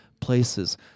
places